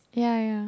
ya ya